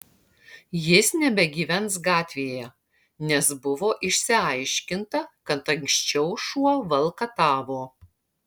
jis nebegyvens gatvėje nes buvo išsiaiškinta kad anksčiau šuo valkatavo